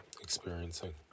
experiencing